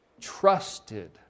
trusted